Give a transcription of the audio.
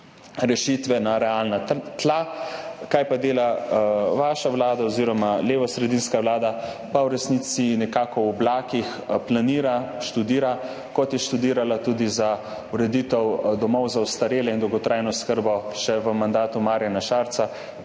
rešitve na realna tla. Kaj pa dela vaša vlada oziroma levosredinska vlada? V resnici nekako v oblakih planira, študira. Kot je študirala tudi za ureditev domov za ostarele in dolgotrajno oskrbo še v mandatu Marjana Šarca,